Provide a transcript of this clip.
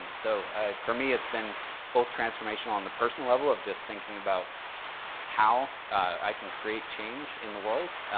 and so for me it's been both transformational on the personal level of just thinking about how i can create change in the world.